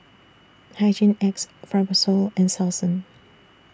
Hygin X Fibrosol and Selsun